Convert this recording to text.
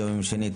היום יום שני,